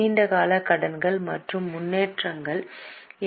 நீண்ட கால கடன்கள் மற்றும் முன்னேற்றங்கள் என்